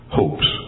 hopes